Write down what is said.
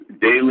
Daily